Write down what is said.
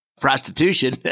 prostitution